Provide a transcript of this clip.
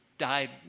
died